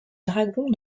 dragon